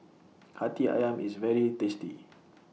Hati Ayam IS very tasty